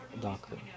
Doctor